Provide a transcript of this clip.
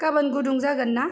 गाबोन गुदुं जागोन ना